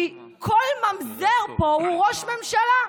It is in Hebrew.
כי כל ממזר פה הוא ראש ממשלה,